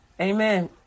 Amen